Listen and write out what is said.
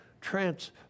trans